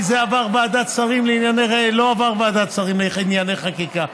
כי זה לא עבר ועדת שרים לענייני חקיקה,